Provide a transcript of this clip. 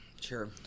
Sure